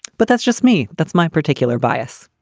but that's just me. that's my particular bias